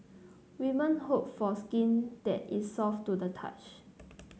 women hope for skin that is soft to the touch